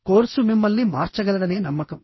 course మిమ్మల్ని మార్చగలదనే నమ్మకం